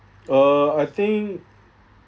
uh I think